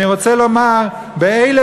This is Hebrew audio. אני רוצה לומר באיזה